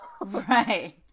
Right